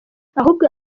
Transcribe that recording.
ahubwo